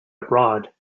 abroad